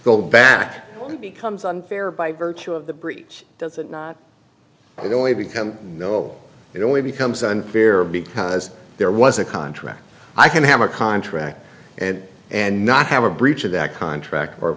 go back becomes unfair by virtue of the breach doesn't it only become know it only becomes unfair because there was a contract i can have a contract and and not have a breach of that contract or